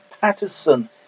Patterson